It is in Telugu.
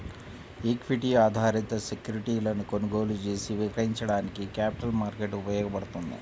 ఈక్విటీ ఆధారిత సెక్యూరిటీలను కొనుగోలు చేసి విక్రయించడానికి క్యాపిటల్ మార్కెట్ ఉపయోగపడ్తది